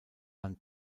man